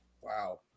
Wow